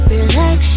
Relax